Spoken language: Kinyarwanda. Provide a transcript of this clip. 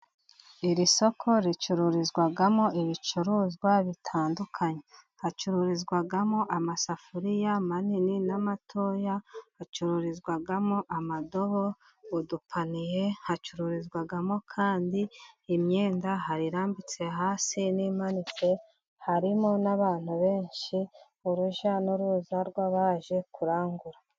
Iri soko ricururizwamo ibicuruzwa bitandukanye. Hacururizwamo amasafuriya manini n'amatoya, hacururizwamo amadobo, udupaniye, hacururizwamo kandi imyenda, hari irambitse hasi n'imanitse, harimo n'abantu benshi, urujya n'uruza rw'abaje kurangura.